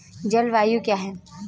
जलवायु क्या है?